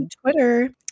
Twitter